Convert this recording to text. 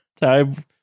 Time